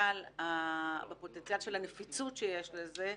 יש גם אישור מסירה אם אתה רוצה.